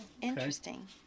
Interesting